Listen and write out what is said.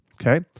okay